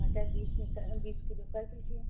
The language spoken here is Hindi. मटर बीस में क बीस किलो कर दीजिए